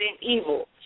evil